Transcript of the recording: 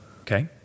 okay